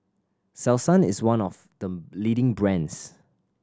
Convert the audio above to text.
selsun is one of the leading brands